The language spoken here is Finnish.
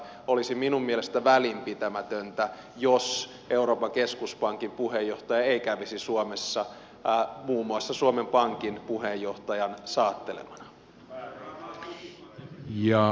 olisi minun mielestäni välinpitämätöntä jos euroopan keskuspankin puheenjohtaja ei kävisi suomessa muun muassa suomen pankin puheenjohtajan saattelemana